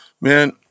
Man